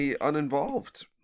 uninvolved